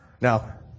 Now